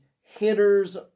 hitter's